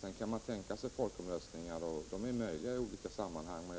Sedan kan man tänka sig folkomröstningar, och de är möjliga att genomföra i olika sammanhang.